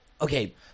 Okay